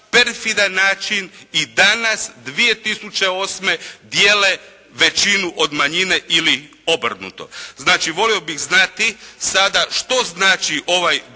perfidan način i danas 2008. dijele većinu od manjine ili obrnuto. Znači volio bih znati sada što znači ovaj